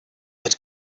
had